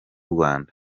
rwanda